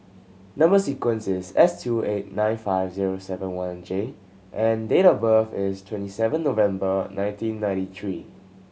number sequence is S two eight nine five zero seven one J and date of birth is twenty seven November nineteen ninety three